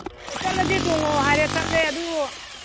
ꯆꯠꯂꯁꯦ ꯇꯣꯡꯉꯣ ꯍꯥꯏꯔꯦ ꯆꯠꯂꯦ ꯑꯗꯨ